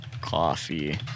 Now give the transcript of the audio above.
coffee